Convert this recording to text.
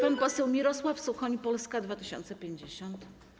Pan poseł Mirosław Suchoń, Polska 2050.